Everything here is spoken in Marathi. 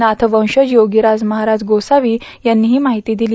नाथवंशज योगीराज महाराज गोसावी यांनी ही माहिती दिली